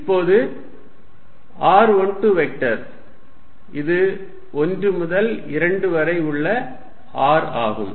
இப்போது r12 vector இது 1 முதல் 2 வரை உள்ள r ஆகும்